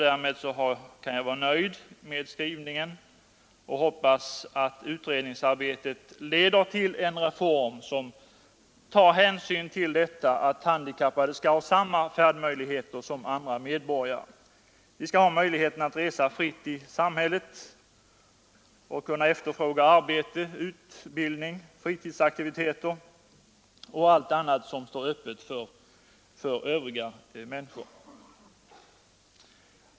Då kan jag vara nöjd med skrivningen och hoppas att utredningsarbetet leder till en reform som tar hänsyn till att handikappade skall ha samma färdmöjligheter som andra medborgare. De skall ha möjlighet att resa fritt i samhället, kunna efterfråga arbete, utbildning, fritidsaktiviteter och allt annat som står öppet för övriga människor.